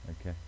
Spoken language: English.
Okay